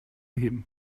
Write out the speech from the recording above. him